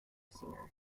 singer